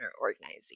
organizing